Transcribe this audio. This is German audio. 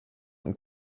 und